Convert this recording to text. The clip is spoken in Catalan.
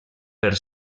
per